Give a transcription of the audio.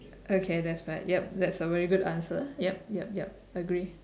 okay that's fair yup that's a very good answer yup yup yup agree